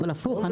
הפוך,